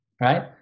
right